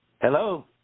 Hello